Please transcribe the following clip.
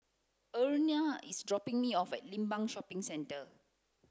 Erna is dropping me off at Limbang Shopping Centre